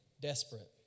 desperate